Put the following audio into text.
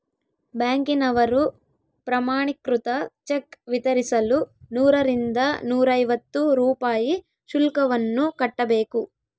ಬ್ಯಾಂಕಿನವರು ಪ್ರಮಾಣೀಕೃತ ಚೆಕ್ ವಿತರಿಸಲು ನೂರರಿಂದ ನೂರೈವತ್ತು ರೂಪಾಯಿ ಶುಲ್ಕವನ್ನು ಕಟ್ಟಬೇಕು